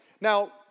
Now